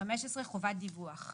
חובת דיווח.